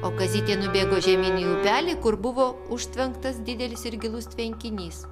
o kazytė nubėgo žemyn į upelį kur buvo užtvenktas didelis ir gilus tvenkinys